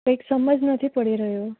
કંઈક સમજ નથી પડી રહ્યું